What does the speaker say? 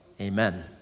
amen